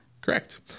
Correct